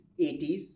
80s